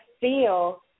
feel